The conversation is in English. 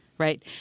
Right